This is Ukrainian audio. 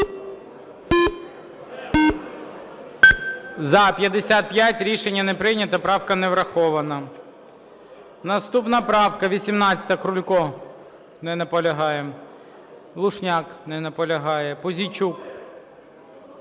За-57 Рішення не прийнято. Правка не врахована. Наступна правка 18-а, Крулько. Не наполягає. Люшняк. Не наполягає. Пузійчук.